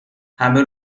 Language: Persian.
همه